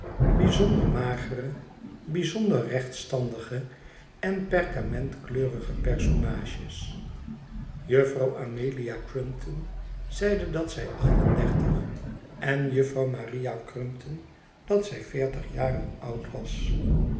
bijzonder magere bijzonder rechtstandige en perkamentkleurige personages juffrouw amelia crumpton zeide dat zij acht en dertig en juffrouw maria crumpton dat zij veertig jaren oud was